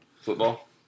Football